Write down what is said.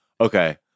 Okay